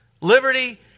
liberty